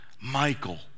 Michael